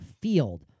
field